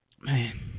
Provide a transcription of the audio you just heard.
Man